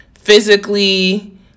physically